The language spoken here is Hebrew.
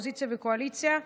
קואליציה ואופוזיציה,